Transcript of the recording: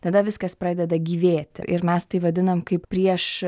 tada viskas pradeda gyvėti ir mes tai vadinam kaip prieš